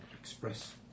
express